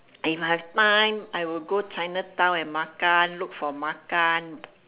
if I have time I will go chinatown and makan look for makan